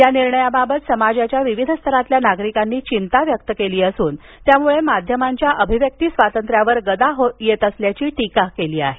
या निर्णयाबाबत समाजाच्या विविध स्तरातील नागरिकांनी चिंता व्यक्त केली असून त्यामुळे माध्यमांच्या अभिव्यक्ती स्वातंत्र्यावर गदा येत असल्याची टीका केली आहे